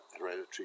hereditary